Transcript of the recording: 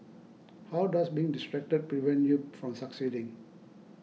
how does being distracted prevent you from succeeding